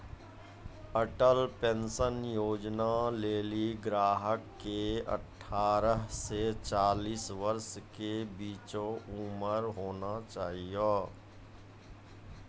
Atal pension Yojana लेली ग्राहक के अठारह से चालीस वर्ष के बीचो उमर होना चाहियो